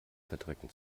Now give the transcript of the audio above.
verdrecken